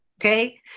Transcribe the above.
okay